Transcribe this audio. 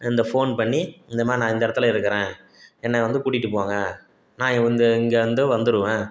இந்த ஃபோன் பண்ணி இந்த மாதிரி நான் இந்த இடத்துல இருக்கிறேன் என்ன வந்து கூட்டிட்டு போங்க நான் வந்து இங்கே இருந்து வந்துடுவேன்